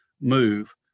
move